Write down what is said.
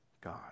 God